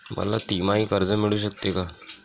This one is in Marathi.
मला तिमाही कर्ज मिळू शकते का?